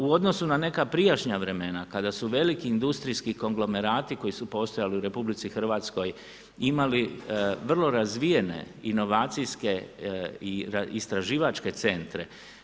U odnosu na neka prijašnja vremena, kada su veliki industrijski konglomerati koji su postojali u RH imali vrlo razvijene inovacijske i istraživačke centre.